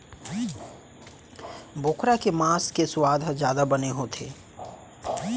बोकरा के मांस के सुवाद ह जादा बने होथे